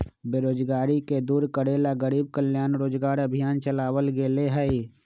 बेरोजगारी के दूर करे ला गरीब कल्याण रोजगार अभियान चलावल गेले है